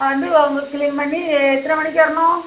வந்து உங்களுக்கு க்ளீன் பண்ணி எத்தனை மணிக்கு வரணும்